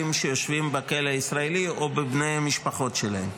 היושבים בכלא הישראלי או בבני המשפחות שלהם.